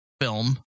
film